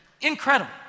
Incredible